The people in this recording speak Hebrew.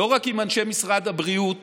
לא רק עם אנשי משרד הבריאות